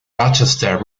rochester